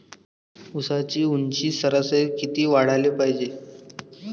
ऊसाची ऊंची सरासरी किती वाढाले पायजे?